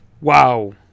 Wow